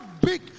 big